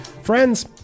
Friends